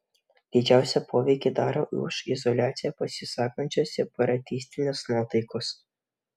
didžiausią poveikį daro už izoliaciją pasisakančios separatistinės nuotaikos